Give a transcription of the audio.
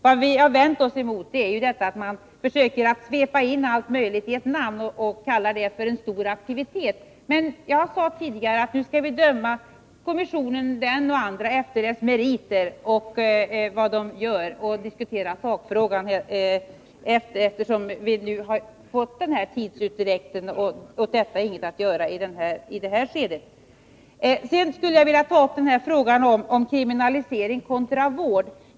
Vad vi vänder oss emot är att man försöker svepa in allt möjligt under beteckningen ”stor aktivitet”. Jag sade tidigare att vi skall bedöma den här kommissionen liksom andra efter vad den uträttar. Vi får diskutera sakfrågan senare, eftersom vi nu har fått den här tidsutdräkten. Det är ingenting att göra åt den i det här skedet. Sedan skulle jag vilja ta upp frågan om kriminalisering kontra vård.